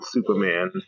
Superman